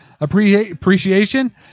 appreciation –